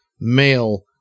male